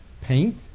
paint